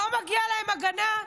לא מגיעה להם הגנה?